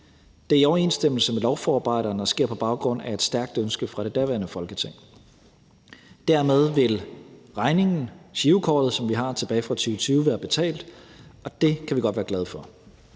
Det er i overensstemmelse med lovforarbejderne og sker på baggrund af et stærkt ønske fra det daværende Folketing. Dermed vil regningen, girokortet, som vi har tilbage fra 2020, være betalt, og det kan vi godt være glade for.